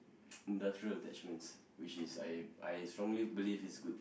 industrial attachments which is I I strongly believe is good